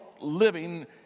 living